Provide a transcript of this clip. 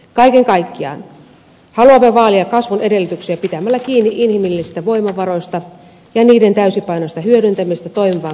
kaiken kaikkiaan haluamme vaalia kasvun edellytyksiä pitämällä kiinni inhimillisistä voimavaroista ja niiden täysipainoisesta hyödyntämisestä toimivan koulutuksen avulla